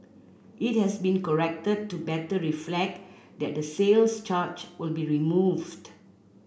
it has been corrected to better reflect that the sales charge will be removed